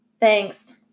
Thanks